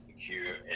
secure